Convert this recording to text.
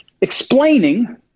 explaining